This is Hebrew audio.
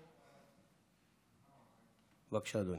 בבקשה, אדוני.